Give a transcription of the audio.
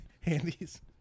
handies